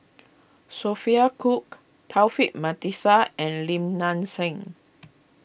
Sophia Cooke Taufik Batisah and Lim Nang Seng